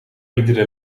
iedere